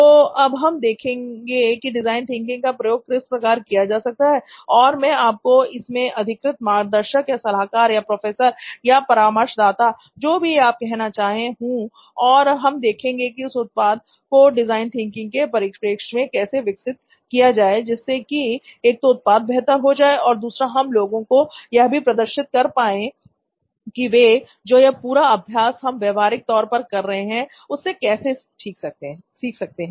तो हम अब देखेंगे की डिजाइन थिंकिंग का प्रयोग किस प्रकार किया जा सकता है और मैं आपका इसमें अधिकृत मार्गदर्शक या सलाहकार या प्रोफेसर या परामर्शदाता जो भी आप कहना चाहे हूं और हम देखेंगे कि इस उत्पाद को डिजाइन थिंकिंग के परिपेक्ष में कैसे विकसित किया जाए जिससे कि एक तो उत्पाद बेहतर हो जाए और दूसरा हम लोगों को यह भी प्रदर्शित कर पाए कि वे जो यह पूरा अभ्यास हम व्यवहारिक तौर पर कर रहे उससे कैसे सीख सकते हैं